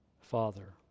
Father